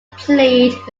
played